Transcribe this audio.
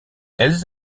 elles